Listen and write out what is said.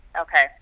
Okay